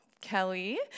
Kelly